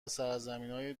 سرزمینای